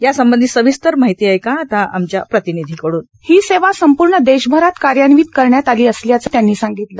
यासंबंधीची सविस्तर माहिती ऐका आता आमच्या प्रतिनिधीकडून साऊंड बाईट ही सेवा संपूर्ण देशभरात कार्यान्वित करण्यात आली असल्याचं ही त्यांनी सांगितलं